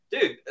dude